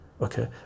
Okay